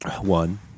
One